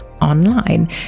online